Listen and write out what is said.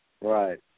Right